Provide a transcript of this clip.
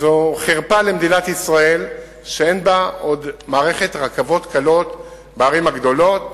זו חרפה למדינת ישראל שאין בה עדיין מערכת של רכבות קלות בערים הגדולות,